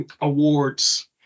awards